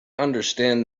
understand